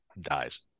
dies